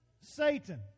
Satan